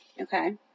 Okay